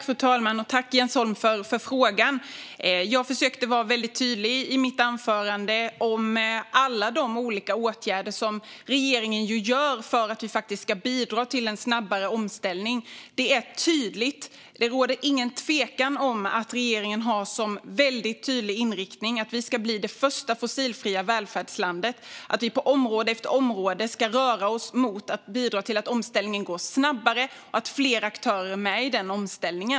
Fru talman! Tack, Jens Holm, för frågan! Jag försökte vara väldigt tydlig i mitt anförande om alla de olika åtgärder som regeringen gör för att vi ska bidra till en snabbare omställning. Det råder inget tvivel om att regeringen har som tydlig inriktning att vi ska bli det första fossilfria välfärdslandet. Vi ska på område efter område röra oss mot att bidra till att omställningen går snabbare och att fler aktörer är med i den.